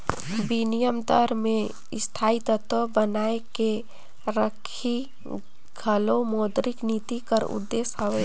बिनिमय दर में स्थायित्व बनाए के रखई घलो मौद्रिक नीति कर उद्देस हवे